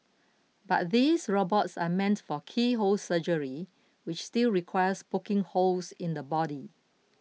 but these robots are meant for keyhole surgery which still requires poking holes in the body